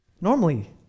Normally